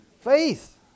Faith